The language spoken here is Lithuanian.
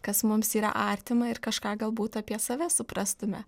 kas mums yra artima ir kažką galbūt apie save suprastume